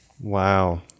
Wow